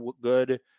good